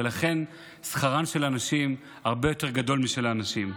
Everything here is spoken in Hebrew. ולכן שכרן של הנשים הרבה יותר גדול משל האנשים.